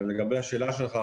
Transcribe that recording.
לגבי השאלה שלך,